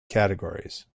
categories